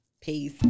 Peace